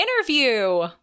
interview